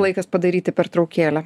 laikas padaryti pertraukėlę